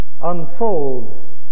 unfold